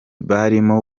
barimo